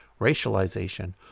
racialization